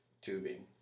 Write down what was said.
Tubing